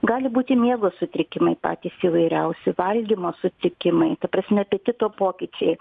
gali būti miego sutrikimai patys įvairiausi valgymo sutrikimai ta prasme apetito pokyčiai